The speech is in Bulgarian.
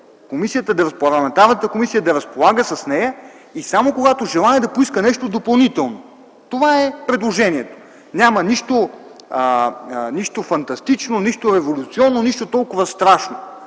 комисия да разполага с нея и само, когато желае, да поиска нещо допълнително. Това е предложението. Няма нищо фантастично, нищо революционно, нищо толкова страшно.